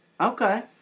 okay